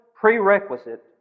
prerequisite